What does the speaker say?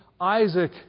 Isaac